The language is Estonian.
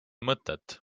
mõtet